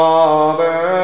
Father